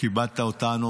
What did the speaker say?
כיבדת אותנו,